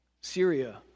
Syria